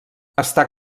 està